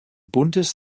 buntes